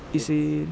is in